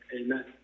amen